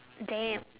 damn